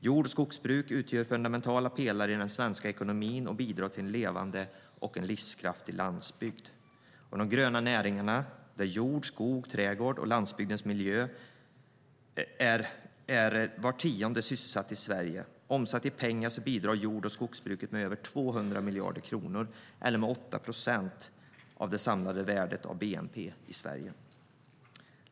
Jord och skogsbruk utgör fundamentala pelare i den svenska ekonomin och bidrar till en levande och livskraftig landsbygd.De gröna näringarna - jord, skog, trädgård och landsbygdens miljö - sysselsätter var tionde av alla sysselsatta i Sverige. Omsatt i pengar bidrar jord och skogsbruket med över 200 miljarder kronor, 8 procent av Sveriges bnp.